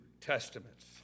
testaments